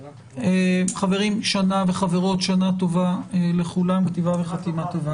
חברים וחברות, שנה טובה לכולם, כתיבה וחתימה טובה.